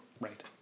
Right